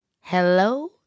Hello